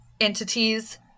entities